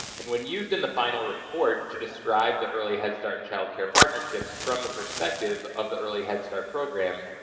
and when used in the final report to describe the early head start-child care partnerships from the perspective of the early head start program,